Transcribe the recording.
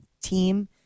team